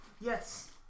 Yes